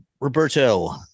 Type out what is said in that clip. Roberto